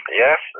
yes